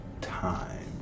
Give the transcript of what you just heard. time